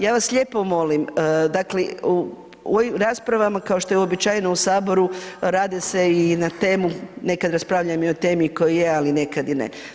Ja vas lijepo molim, dakle, u ovim raspravama kao što je uobičajeno u Saboru, rade se i na temu nekada raspravljam o temi koja je, ali nekada i ne.